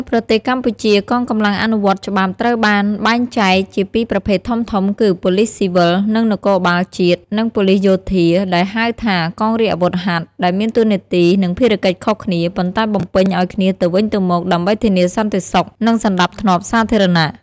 នៅប្រទេសកម្ពុជា កងកម្លាំងអនុវត្តច្បាប់ត្រូវបានបែងចែកជាពីរប្រភេទធំៗ គឺ ប៉ូលិសស៊ីវិល ឬ នគរបាលជាតិ និង ប៉ូលិសយោធា ដែលហៅថា កងរាជអាវុធហត្ថ ដែលមានតួនាទី និងភារកិច្ចខុសគ្នា ប៉ុន្តែបំពេញឲ្យគ្នាទៅវិញទៅមកដើម្បីធានាសន្តិសុខ និងសណ្ដាប់ធ្នាប់សាធារណៈ។